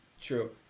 true